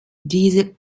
diese